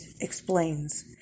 explains